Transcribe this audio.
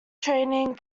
training